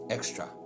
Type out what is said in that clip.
Extra